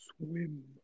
swim